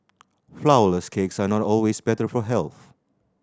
flourless cakes are not always better for health